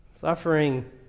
Suffering